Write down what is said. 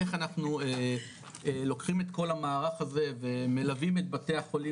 איך אנחנו לוקחים את כל המערך הזה ומלווים את בתי החולים,